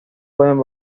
pueden